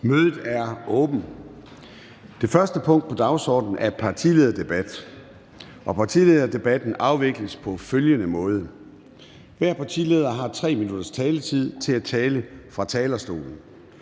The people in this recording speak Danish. Mødet er åbnet. --- Det første punkt på dagsordenen er: 1) Partilederdebat. Kl. 13:00 Formanden (Søren Gade): Partilederdebatten afvikles på følgende måde: Hver partileder har 3 minutters taletid til at tale fra talerstolen.